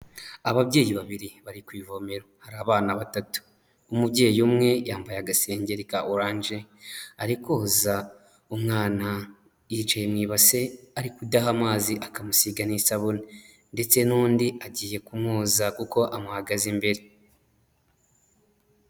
Ababyeyi babiri bari ku ivomero, hari abana batatu, umubyeyi umwe yambaye agasengeri ka oranje ari koza umwana yicaye mu ibase, ari kudaha amazi akamusiga n'isabune, ndetse n'undi agiye kumwoza kuko amuhagaze imbere.